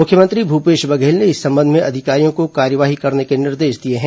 मुख्यमंत्री भूपेश बघेल ने इस संबंध में अधिकारियों को कार्यवाही करने के निर्देश दिए हैं